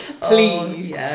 Please